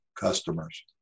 customers